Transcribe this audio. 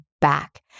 back